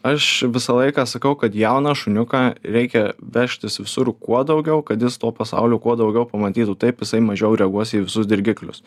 aš visą laiką sakau kad jauną šuniuką reikia vežtis visur kuo daugiau kad jis to pasaulio kuo daugiau pamatytų taip jisai mažiau reaguos į visus dirgiklius